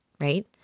right